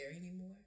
anymore